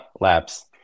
Labs